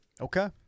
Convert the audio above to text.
Okay